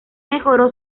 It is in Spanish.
mejoró